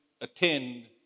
attend